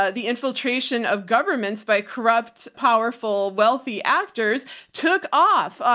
ah the infiltration of governments by corrupt, powerful, wealthy actors took off.